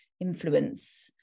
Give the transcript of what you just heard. influence